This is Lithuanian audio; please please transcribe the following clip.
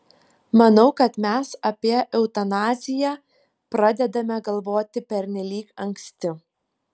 manau kad mes apie eutanaziją pradedame galvoti pernelyg anksti